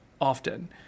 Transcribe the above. often